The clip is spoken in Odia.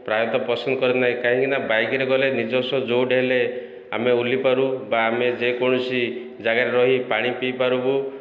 ପ୍ରାୟତଃ ପସନ୍ଦ କରିନାହିଁ କାହିଁକିନା ବାଇକ୍ରେ ଗଲେ ନିଜସ୍ୱ ଯେଉଁ ଯେଉଁଠି ହେଲେ ଆମେ ଓହ୍ଲାଇପାରୁ ବା ଆମେ ଯେକୌଣସି ଜାଗାରେ ରହି ପାଣି ପିଇପାରିବୁ